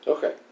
Okay